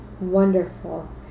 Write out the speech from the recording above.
wonderful